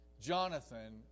Jonathan